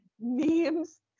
memes